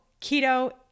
keto